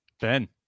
Ben